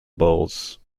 bowls